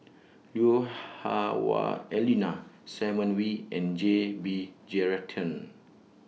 Lui Hah Wah Elena Simon Wee and J B Jeyaretnam